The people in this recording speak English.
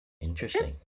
Interesting